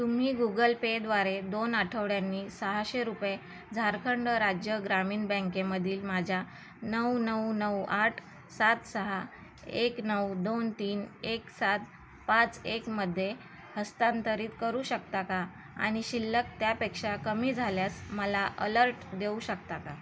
तुम्ही गूगल पेद्वारे दोन आठवड्यांनी सहाशे रुपये झारखंड राज्य ग्रामीण बँकेमधील माझ्या नऊ नऊ नऊ आठ सात सहा एक नऊ दोन तीन एक सात पाच एकमध्ये हस्तांतरित करू शकता का आणि शिल्लक त्यापेक्षा कमी झाल्यास मला अलर्ट देऊ शकता का